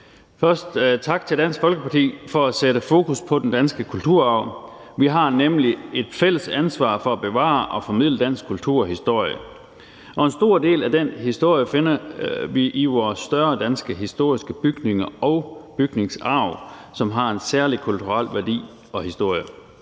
Først tak til Dansk Folkeparti for at sætte fokus på den danske kulturarv. Vi har nemlig et fælles ansvar for at bevare og formidle dansk kulturhistorie, og en stor del af den historie finder vi i vores danske historiske bygninger og større bygningsarv, som har en særlig kulturel værdi og historie.